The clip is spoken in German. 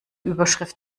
überschrift